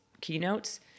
keynotes